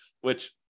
Which-